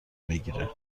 بگیره